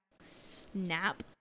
snap